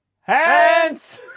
Hands